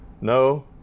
no